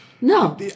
No